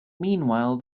meanwhile